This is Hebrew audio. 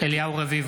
(קורא בשם חבר הכנסת) אליהו רביבו,